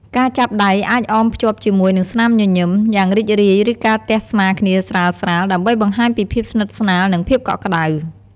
ការចាប់ដៃអាចអមភ្ជាប់ជាមួយនឹងស្នាមញញឹមយ៉ាងរីករាយ ឬការទះស្មាគ្នាស្រាលៗ ដើម្បីបង្ហាញពីភាពស្និទ្ធស្នាល និងភាពកក់ក្ដៅ។